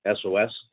SOS